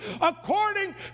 according